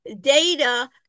data